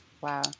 Wow